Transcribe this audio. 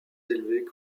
élevés